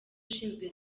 ushinzwe